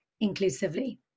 inclusively